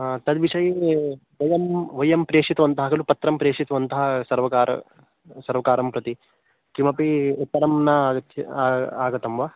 हा तद्विषये वयं वयं प्रेषितवन्तः कलु पत्रं प्रेषितवन्तः सर्वकारं सर्वकारं प्रति किमपि उत्तरं न आगतम् आ आगतं वा